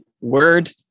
Word